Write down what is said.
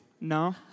No